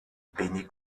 benny